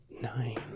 Nine